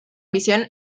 visión